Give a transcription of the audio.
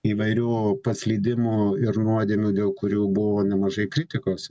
įvairių paslydimų ir nuodėmių dėl kurių buvo nemažai kritikos